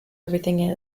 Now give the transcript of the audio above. everything